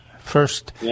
First